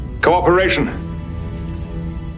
cooperation